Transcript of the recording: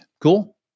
Cool